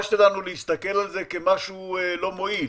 שלנו ל הסתכל על זה כעל משהו לא מועיל.